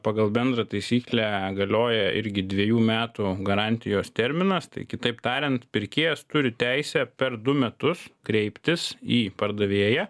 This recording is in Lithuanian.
pagal bendrą taisyklę galioja irgi dvejų metų garantijos terminas tai kitaip tariant pirkėjas turi teisę per du metus kreiptis į pardavėją